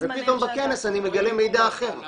----- ופתאום בכנס אני מגלה מידע אחר.